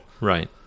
Right